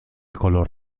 color